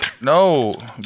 No